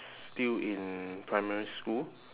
still in primary school